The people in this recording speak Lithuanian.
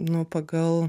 nu pagal